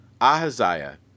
Ahaziah